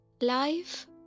Life